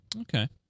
Okay